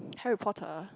Harry-Potter